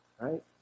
right